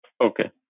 Okay